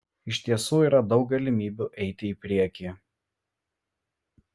iš tiesų yra daug galimybių eiti į priekį